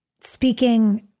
speaking